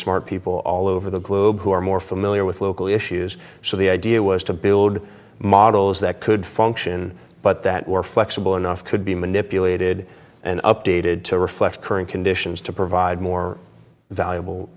smart people all over the globe who are more familiar with local issues so the idea was to build models that could function but that were flexible enough could be manipulated and updated to reflect current conditions to provide more valuable